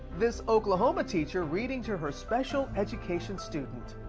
this oklahoma teacher reading to her special education student.